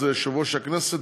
יושב-ראש הכנסת,